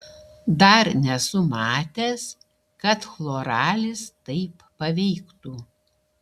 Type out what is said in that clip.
dar nesu matęs kad chloralis taip paveiktų